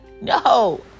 No